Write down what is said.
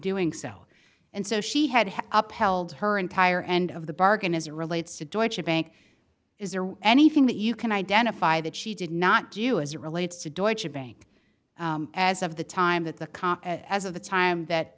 doing so and so she had upheld her entire end of the bargain as it relates to georgia bank is there anything that you can identify that she did not do as it relates to deutsche bank as of the time that the cop as of the time that